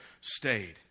stayed